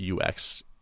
ux